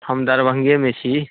हम दरभंगेमे छी